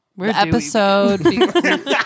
Episode